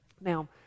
Now